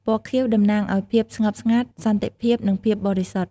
ពណ៌ខៀវ តំណាងឱ្យភាពស្ងប់ស្ងាត់ សន្តិភាព និងភាពបរិសុទ្ធ។